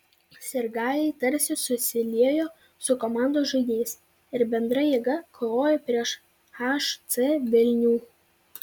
sirgaliai tarsi susiliejo su komandos žaidėjais ir bendra jėga kovojo prieš hc vilnių